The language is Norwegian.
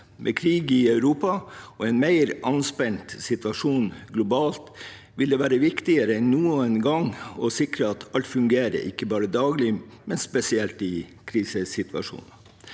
Med krig i Europa og en mer anspent situasjon globalt vil det være viktigere enn noen gang å sikre at alt ikke bare fungerer daglig, men spesielt i krisesituasjoner.